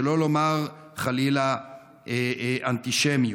שלא לומר חלילה אנטישמיות.